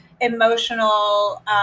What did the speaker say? emotional